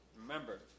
remember